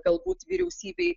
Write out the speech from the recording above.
galbūt vyriausybei